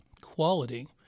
quality